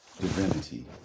divinity